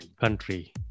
country